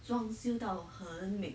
装修到很美